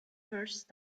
first